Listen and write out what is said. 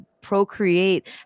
procreate